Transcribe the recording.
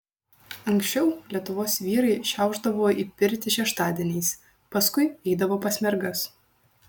anksčiau lietuvos vyrai šiaušdavo į pirtį šeštadieniais paskui eidavo pas mergas